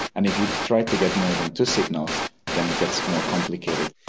and if you try to get more than two signals then it gets more complicated.